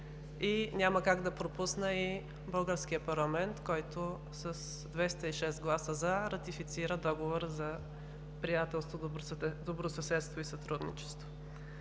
Няма как да пропусна и българския парламент, който с 206 гласа „за“ ратифицира Договора за приятелство, добросъседство и сътрудничество.